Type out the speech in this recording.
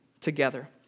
together